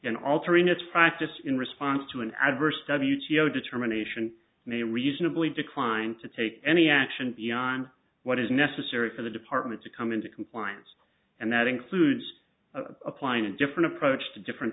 in altering its practice in response to an adverse w t o determination may reasonably decline to take any action beyond what is necessary for the department to come into compliance and that includes applying a different approach to different